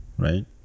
right